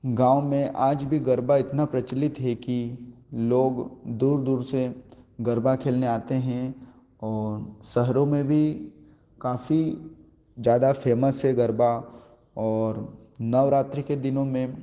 गाँव में आज भी गरबा इतना प्रचलित है कि लोग दूर दूर से गरबा खेलने आते हैं और शहरों में भी काफ़ी ज़्यादा फेमस है गरबा और नवरात्रि के दिनों में